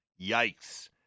Yikes